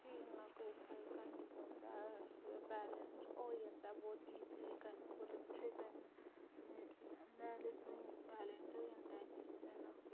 ते इ'न्ना कोई फर्क हैनी पौंदा ऐ वैसे बैलैंस होई जंदा बहुत इजली कन्नै बहुत अच्छे कन्नै बैलैंस बैलैंस होई जंदा ऐ चीजें दा